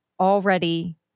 already